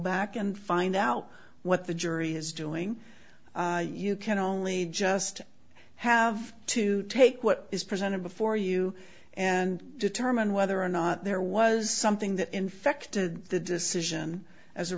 back and find out what the jury is doing you can only just have to take what is presented before you and determine whether or not there was something that infected the decision as a